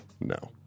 No